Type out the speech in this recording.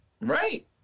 Right